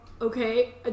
Okay